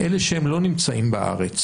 אלה שהם לא נמצאים בארץ,